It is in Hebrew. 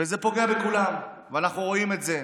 וזה פוגע בכולם, ואנחנו רואים את זה.